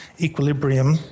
equilibrium